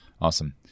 Awesome